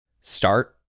start